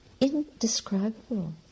indescribable